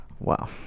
Wow